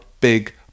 big